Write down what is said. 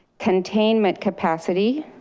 containment capacity,